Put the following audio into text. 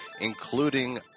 including